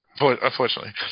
Unfortunately